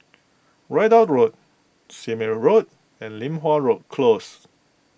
Ridout Road Sime Road and Li Hwan Road Close